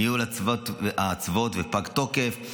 ניהול אצוות ופג תוקף,